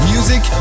Music